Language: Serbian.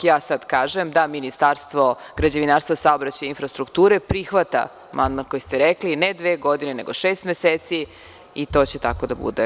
Ja sada kažem da Ministarstvo građevinarstva, saobraćaja i infrastrukture prihvata amandman koji ste rekli, ne dve godine, nego šest meseci i to će tako da bude.